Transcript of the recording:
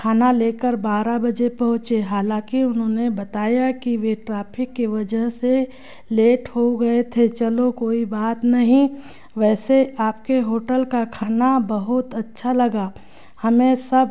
खाना लेकर बारह बजे पहुँचे हालाँकि उन्होंने बताया कि वे ट्राफिक के वजह से लेट हो गए थे चलो कोई बात नहीं वैसे आपके होटल का खाना बहोत अच्छा लगा हमें सब